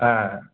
ꯑꯥ